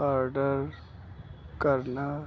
order ਕਰਨਾ